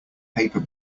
paper